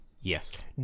Yes